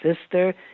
sister